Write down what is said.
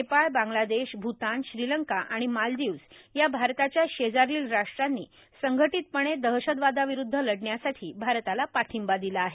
नेपाळ बांग्लादेश भ्तान श्रीलंका आणि मालदिवज् या भारताच्या शेजारील राष्ट्रांनी संघटीतपणे दहशतवादाविरूद्व लढण्यासाठी भारताला पाठिंबा दिला आहे